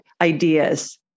ideas